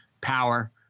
power